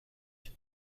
cinq